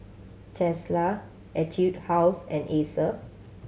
Tesla Etude House and Acer